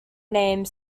name